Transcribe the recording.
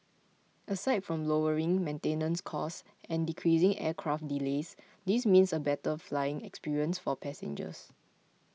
aside from lowering maintenance costs and decreasing aircraft delays this means a better flying experience for passengers